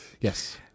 yes